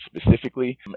specifically